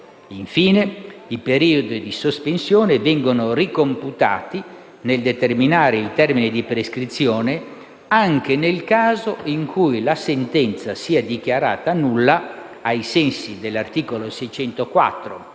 Infine, i periodi di sospensione vengono ricomputati nel determinare il termine di prescrizione, anche nel caso in cui la sentenza sia dichiarata nulla, ai sensi dell'articolo 604,